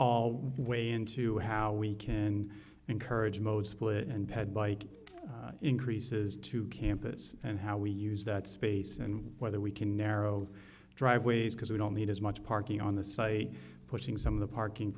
the way into how we can encourage most split and head bike increases to campus and how we use that space and whether we can narrow driveways because we don't need as much parking on the site pushing some of the parking